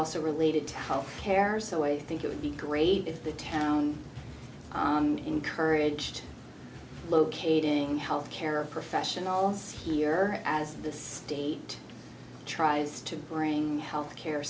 also related to how care so i think it would be great if the town encouraged locating health care professionals here as the state tries to bring health care